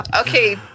Okay